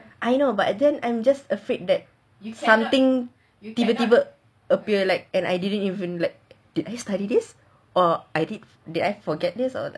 I know but just I'm I'm just afraid that something I cannot remember I did this and this or did I forget or